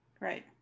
Right